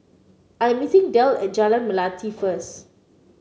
I am meeting Delle at Jalan Melati first